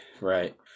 right